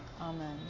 Amen